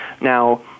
Now